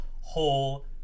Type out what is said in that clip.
whole